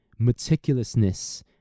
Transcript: meticulousness